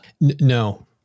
no